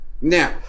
Now